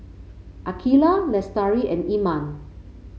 Aqilah Lestari and Iman